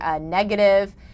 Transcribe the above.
negative